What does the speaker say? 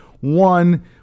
one